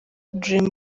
dream